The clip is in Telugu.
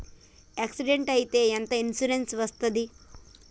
యాక్సిడెంట్ అయితే ఎంత ఇన్సూరెన్స్ వస్తది?